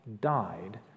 died